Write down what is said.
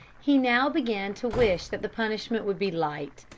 he now began to wish that the punishment would be light.